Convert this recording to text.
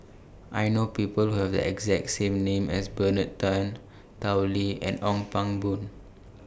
I know People Who Have The exact same name as Bernard Tan Tao Li and Ong Pang Boon